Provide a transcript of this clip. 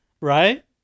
Right